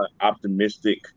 optimistic